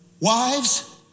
Wives